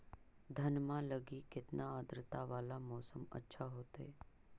धनमा लगी केतना आद्रता वाला मौसम अच्छा होतई?